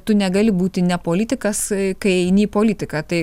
tu negali būti ne politikas kai eini į politiką tai